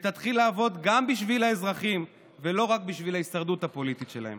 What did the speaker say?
ותתחיל לעבוד גם בשביל האזרחים ולא רק בשביל ההישרדות הפוליטית שלה.